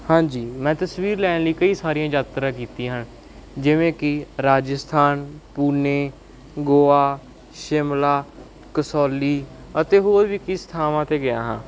ਹਾਂਜੀ ਮੈਂ ਤਸਵੀਰ ਲੈਣ ਲਈ ਕਈ ਸਾਰੀਆਂ ਯਾਤਰਾ ਕੀਤੀਆਂ ਹਨ ਜਿਵੇਂ ਕਿ ਰਾਜਸਥਾਨ ਪੂਨੇ ਗੋਆ ਸ਼ਿਮਲਾ ਕਸੌਲੀ ਅਤੇ ਹੋਰ ਵੀ ਕਈ ਥਾਵਾਂ ਅਤੇ ਗਿਆ ਹਾਂ